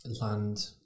land